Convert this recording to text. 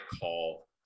call